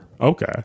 Okay